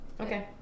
Okay